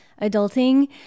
Adulting